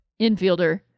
infielder